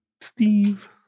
steve